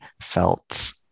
felt